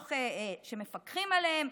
תוך שמפקחים עליהם,